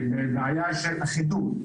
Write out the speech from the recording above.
בעיה של אחידות,